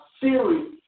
series